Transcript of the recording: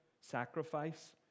sacrifice